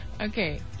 Okay